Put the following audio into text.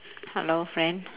hello friend